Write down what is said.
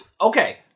Okay